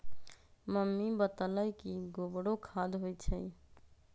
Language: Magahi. मम्मी बतअलई कि गोबरो खाद होई छई